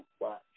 Watch